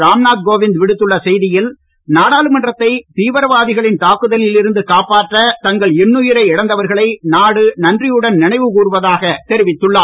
ராம்நாத் கோவிந்த் விடுத்துள்ள செய்தியில் நாடாளுமன்றத்தை தீவிரவாதிகள் தாக்குதலில் இருந்து காப்பாற்ற தங்கள் இன்னுயிரை இழந்தவர்களை நாடு நன்றியுடன் நினைவு கூர்வதாக தெரிவித்துள்ளார்